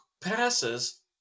passes